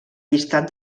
llistat